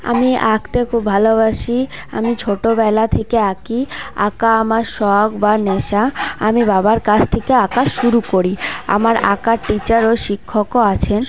আমি আঁকতে খুব ভালোবাসি আমি ছোটোবেলা থেকে আঁকি আঁকা আমার শখ বা নেশা আমি বাবার কাছ থেকে আঁকা শুরু করি আমার আঁকার টিচার ও শিক্ষকও আছেন